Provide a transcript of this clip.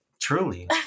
truly